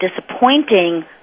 disappointing